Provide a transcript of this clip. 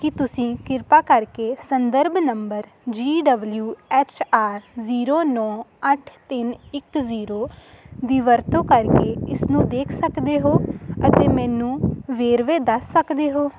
ਕੀ ਤੁਸੀਂ ਕਿਰਪਾ ਕਰਕੇ ਸੰਦਰਭ number G W H R zero ਨੌਂ ਅੱਠ ਤਿੰਨ ਇੱਕ ਜ਼ੀਰੋ ਦੀ ਵਰਤੋਂ ਕਰਕੇ ਇਸ ਨੂੰ ਦੇਖ ਸਕਦੇ ਹੋ ਅਤੇ ਮੈਨੂੰ ਵੇਰਵੇ ਦੱਸ ਸਕਦੇ ਹੋ